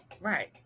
Right